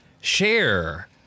share